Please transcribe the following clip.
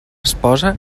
esposa